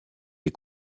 les